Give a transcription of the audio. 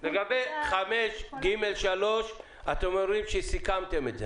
לגבי (5)(ג3) אתם אומרים שסיכמתם את זה.